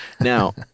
Now